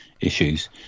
issues